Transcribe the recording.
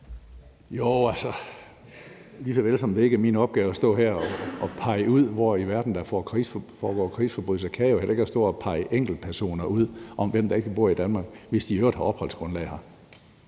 Altså, lige såvel som det ikke er min opgave at stå her og pege ud, hvor i verden der foregår krigsforbrydelser, kan jeg jo heller ikke stå og pege enkeltpersoner ud og sige, hvem der ikke må bo i Danmark, hvis de i øvrigt har opholdsgrundlag her.